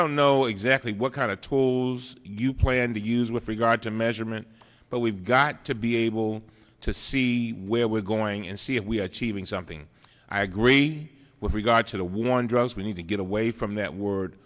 don't know exactly what kind of tools you plan to use with regard to measurement but we've got to be able to see where we're going and see if we are achieving something i agree with regard to the war on drugs we need to get away from that word